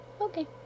Okay